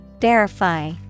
Verify